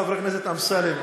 חבר הכנסת אמסלם,